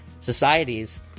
societies